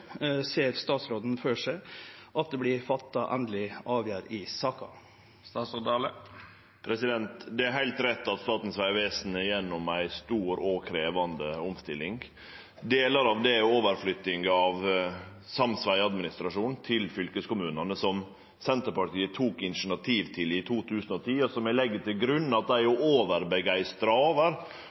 ser statsråden for seg at det vil bli fatta ei endeleg avgjerd i denne saka?» Det er heilt rett at Statens vegvesen går gjennom ei stor og krevjande omstilling. Delar av det er overflyttinga av sams vegadministrasjon til fylkeskommunane, som Senterpartiet tok initiativ til i 2010, og som eg legg til grunn at dei